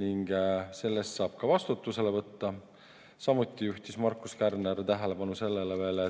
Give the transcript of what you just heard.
ning selle eest saab ka vastutusele võtta. Samuti juhtis Markus Kärner tähelepanu sellele,